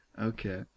Okay